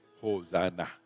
Hosanna